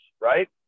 right